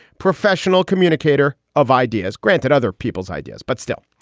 professional communicator of ideas. granted other people's ideas. but still,